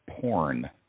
porn